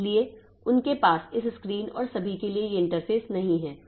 इसलिए उनके पास इस स्क्रीन और सभी के लिए ये इंटरफेस नहीं हैं